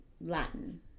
Latin